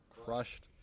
crushed